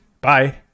Bye